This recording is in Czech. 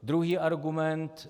Druhý argument.